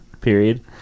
Period